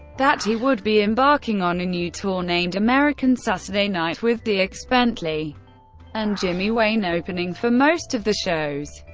that he would be embarking on a new tour named american saturday night, with dierks bentley and jimmy wayne opening for most of the shows.